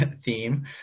theme